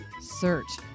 search